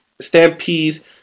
stampedes